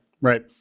right